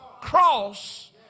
cross